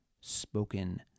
spoken